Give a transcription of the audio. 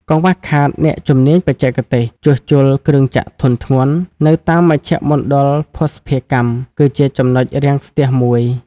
កង្វះខាតអ្នកជំនាញបច្ចេកទេស "ជួសជុលគ្រឿងចក្រធុនធ្ងន់" នៅតាមមជ្ឈមណ្ឌលភស្តុភារកម្ម គឺជាចំណុចរាំងស្ទះមួយ។